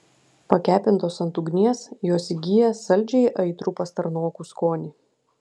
pakepintos ant ugnies jos įgyja saldžiai aitrų pastarnokų skonį